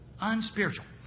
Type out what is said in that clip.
Unspiritual